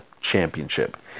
championship